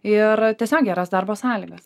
ir tiesiog geras darbo sąlygas